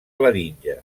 laringe